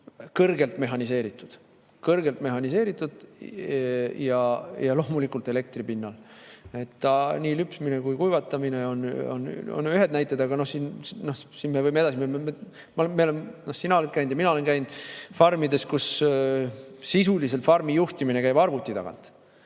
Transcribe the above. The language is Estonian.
kõrgelt mehhaniseeritud ja loomulikult elektri pinnal. Nii lüpsmine kui ka [vilja]kuivatamine on ühed näited, aga siin me võime edasi minna. Sina oled käinud ja mina olen käinud farmides, kus sisuliselt farmi juhtimine käib arvuti tagant.